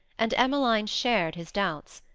and emmeline shared his doubts.